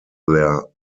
their